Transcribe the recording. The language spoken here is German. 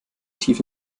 tief